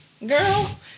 girl